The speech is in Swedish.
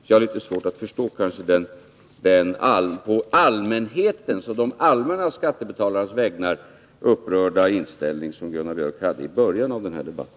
Jag har litet svårt att förstå den å allmänhetens och de vanliga skattebetalarnas vägnar upprörda inställning som Gunnar Biörck gav uttryck för i början av denna debatt.